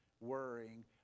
worrying